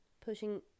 pushing